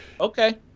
Okay